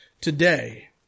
today